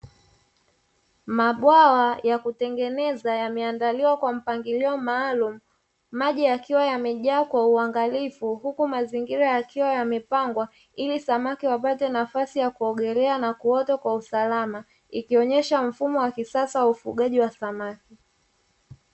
Mabwawa ya kutengeneza, yameandaliwa kwa mpangilio maalumu, maji yakiwa yamejaa kwa uangalifu, huku mazingira yakiwa yamepangwa ili samaki wapate nafasi ya kuogelea na kukua kwa usalama; ikionyesha mfumo wa kisasa wa ufugaji wa samaki.